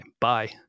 bye